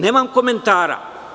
Nemam komentara.